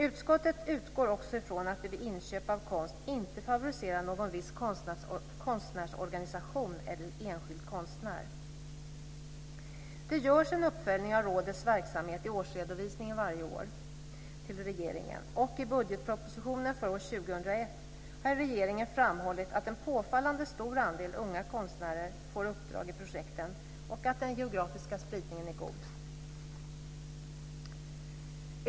Utskottet utgår också från att man vid inköp av konst inte favoriserar någon viss konstnärsorganisation eller enskild konstnär. Det görs en uppföljning av rådets verksamhet i årsredovisningen varje år till regeringen. I budgetpropositionen för år 2001 har regeringen framhållit att en påfallande stor andel unga konstnärer får uppdrag i projekten och att den geografiska spridningen är god.